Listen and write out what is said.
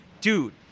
Dude